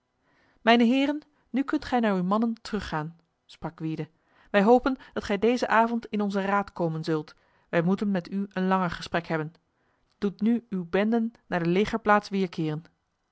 mijne heren nu kunt gij naar uw mannen teruggaan sprak gwyde wij hopen dat gij deze avond in onze raad komen zult wij moeten met u een langer gesprek hebben doet nu uw benden naar de